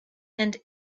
and